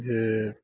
जे